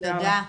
תודה רבה.